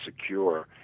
secure